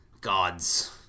gods